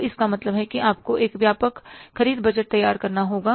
तो इसका मतलब है कि आपको एक व्यापक ख़रीद बजट तैयार करना होगा